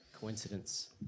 coincidence